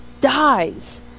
dies